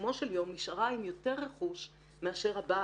בסיכומו של יום, נשארה עם יותר רכוש מאשר הבעל.